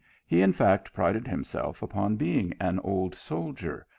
he in fact prided himself upon being an old soldier,